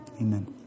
Amen